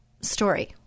story